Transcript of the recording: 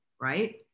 right